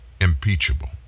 impeachable